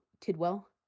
Tidwell